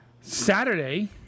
saturday